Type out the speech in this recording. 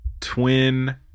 twin